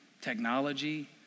technology